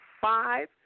five